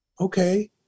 okay